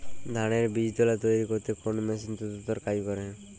ধানের বীজতলা তৈরি করতে কোন মেশিন দ্রুততর কাজ করে?